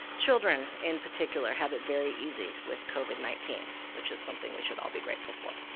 children, in particular, have it very easy with covid nineteen, which is something we should all be grateful for.